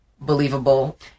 believable